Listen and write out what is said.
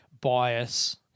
bias